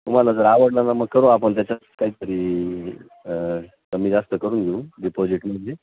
तुम्हाला जर आवडलं ना मग करू आपण त्याच्यात काही तरी कमी जास्त करून डिपॉजिटमध्ये